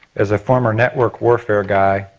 as a former network warfare guy,